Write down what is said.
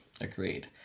agreed